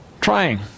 trying